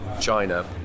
China